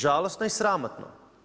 Žalosno i sramotno.